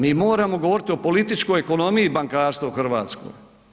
Mi moramo govoriti o političkoj ekonomiji bankarstva u Hrvatskoj.